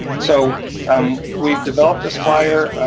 so um we've developed this flyer